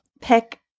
pick